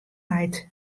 leit